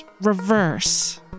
reverse